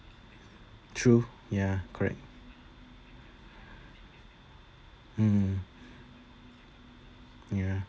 true ya correct mm ya